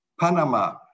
Panama